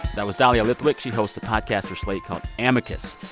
that was dahlia lithwick. she hosts a podcast for slate called amicus.